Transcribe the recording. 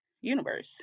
universe